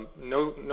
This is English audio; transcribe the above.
no